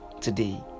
today